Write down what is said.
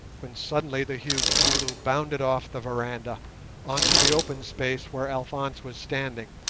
when suddenly the huge zulu bounded off the veranda on to the open space where alphonse was standing,